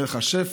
יהיה לך שפע,